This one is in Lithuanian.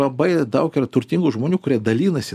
labai daug yra turtingų žmonių kurie dalinasi